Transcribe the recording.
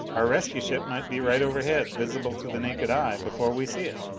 our rescue ship might be right overhead, visible to the naked eye, before we see it.